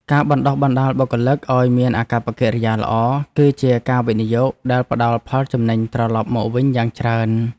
ការបណ្ដុះបណ្ដាលបុគ្គលិកឱ្យមានអាកប្បកិរិយាល្អ គឺជាការវិនិយោគដែលផ្ដល់ផលចំណេញត្រឡប់មកវិញយ៉ាងច្រើន។